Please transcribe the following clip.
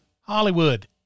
Hollywood